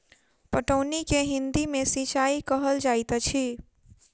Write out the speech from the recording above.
पटौनी के हिंदी मे सिंचाई कहल जाइत अछि